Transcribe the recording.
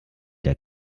der